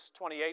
28